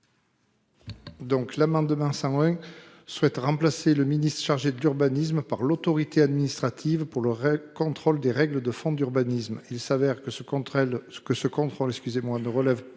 amendement tend à remplacer le ministre chargé de l'urbanisme par l'autorité administrative pour le contrôle des règles de fond d'urbanisme. Il se trouve que les autorisations ne relèvent pas